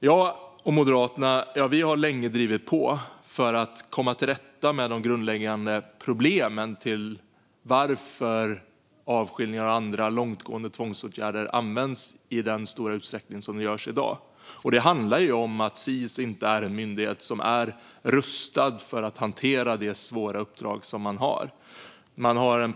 Jag och Moderaterna har länge drivit på för att man ska komma till rätta med de grundläggande problem som gör att avskiljningar och andra långtgående tvångsåtgärder används i så stor utsträckning som sker i dag. Det handlar om att Sis inte är en myndighet som är rustad för att hantera det svåra uppdrag man har.